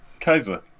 Kaiser